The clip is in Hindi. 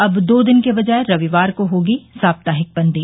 अब दो दिन के बजाय रविवार को होगी साप्ताहिक बंदी